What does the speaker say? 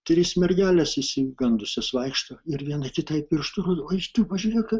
trys mergelės išsigandusius vaikšto ir viena kitai pirštu rodo oi tu pažiūrėk